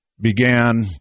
began